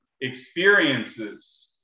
experiences